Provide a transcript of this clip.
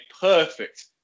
perfect